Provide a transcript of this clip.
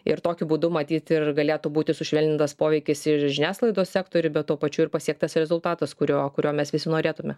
ir tokiu būdu matyt ir galėtų būti sušvelnintas poveikis ir žiniasklaidos sektoriui bet tuo pačiu ir pasiektas rezultatas kurio kurio mes visi norėtume